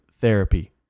therapy